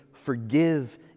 forgive